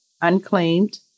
unclaimed